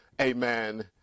Amen